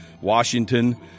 washington